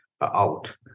out